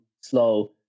slow